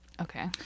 Okay